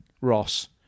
Ross